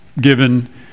given